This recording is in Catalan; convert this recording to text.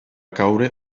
caure